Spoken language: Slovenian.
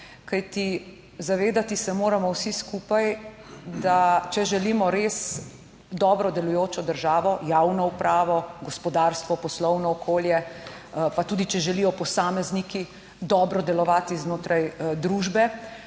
zavedati se moramo vsi skupaj, da če želimo res? Dobro delujočo državo, javno upravo, gospodarstvo, poslovno okolje, pa tudi, če želijo posamezniki dobro delovati znotraj družbe,